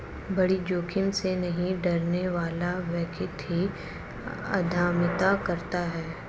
बड़ी जोखिम से नहीं डरने वाला व्यक्ति ही उद्यमिता करता है